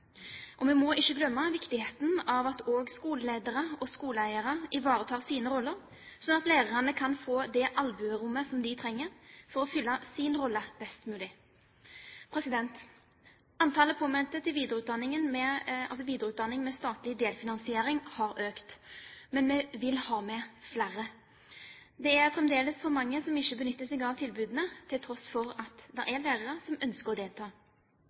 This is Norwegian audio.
Vi må ikke glemme viktigheten av at også skoleledere og skoleeiere ivaretar sine roller, slik at lærerne kan få det albuerommet som de trenger for å fylle sin rolle best mulig. Antallet påmeldte til videreutdanning med statlig delfinansiering har økt, men vi vil ha med flere. Det er fremdeles for mange som ikke benytter seg av tilbudene til tross for at det er lærere som ønsker å delta.